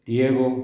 Tiago